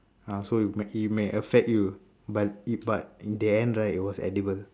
ah so it may so it may affect you but in but in the end right it was edible